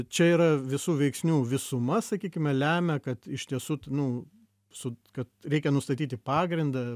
čia yra visų veiksnių visuma sakykime lemia kad iš tiesų nu su kad reikia nustatyti pagrindą